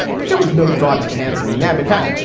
but there was no thought to canceling them. in fact,